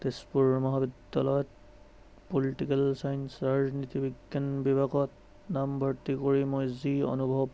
তেজপুৰ মহাবিদ্য়ালয়ত political science ৰাজনীতি বিজ্ঞান বিভাগত নামভৰ্তি কৰি মই যি অনুভৱ